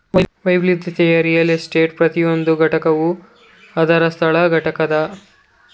ವೈವಿಧ್ಯತೆಯ ರಿಯಲ್ ಎಸ್ಟೇಟ್ನ ಪ್ರತಿಯೊಂದು ಘಟಕವು ಅದ್ರ ಸ್ಥಳ ಕಟ್ಟಡ ಮತ್ತು ಅದ್ರ ಹಣಕಾಸಿನ ವಿಷಯದಲ್ಲಿ ವಿಶಿಷ್ಟವಾಗಿದಿ